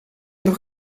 nog